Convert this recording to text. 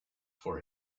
for